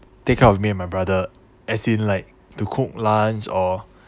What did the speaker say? take care of me and my brother as in like to cook lunch or